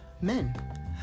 men